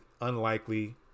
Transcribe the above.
unlikely